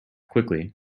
quickly